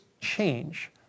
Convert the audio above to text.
change